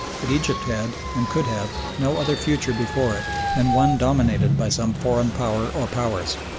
that egypt had, and could have, no other future before it than one dominated by some foreign power or powers.